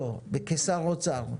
לא, כשר אוצר.